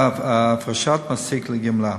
הפרשת מעסיק לגמלה.